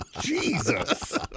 Jesus